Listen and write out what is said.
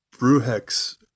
Bruhex